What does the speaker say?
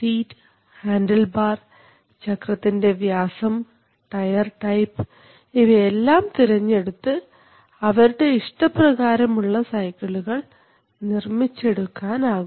seat handle bar ചക്രത്തിൻറെ വ്യാസം tyre type ഇവയെല്ലാം തിരഞ്ഞെടുത്തു അവരുടെ ഇഷ്ടപ്രകാരം ഉള്ള സൈക്കിളുകൾ നിർമ്മിച്ചെടുക്കാൻ ആകും